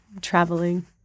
traveling